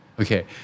Okay